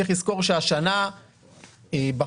צריך לזכור שהשנה בפועל,